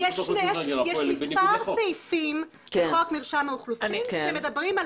יש מספר סעיפים בחוק מרשם האוכלוסין שמדברים על